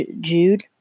Jude